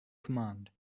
command